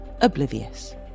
oblivious